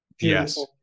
yes